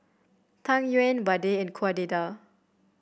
Tang Yuen vadai and Kueh Dadar